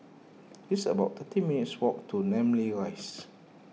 it's about thirty minutes' walk to Namly Rise